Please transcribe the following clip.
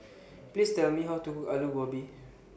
Please Tell Me How to Cook Alu Gobi